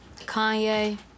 Kanye